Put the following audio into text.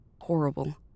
horrible